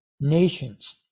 nations